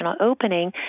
opening